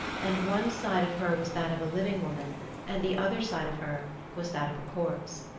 and one side of her was that of a living woman and the other side of her was that of a corpse.